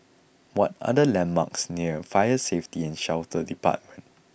what are the landmarks near Fire Safety and Shelter Department